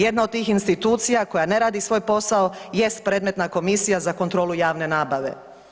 Jedna od tih institucija koja ne radi svoj posao jest predmetna Komisija za kontrolu javne nabave.